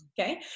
okay